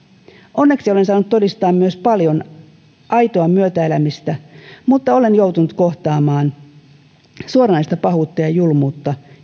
onneksi olen saanut todistaa myös paljon aitoa myötäelämistä mutta olen joutunut kohtaamaan suoranaista pahuutta ja julmuutta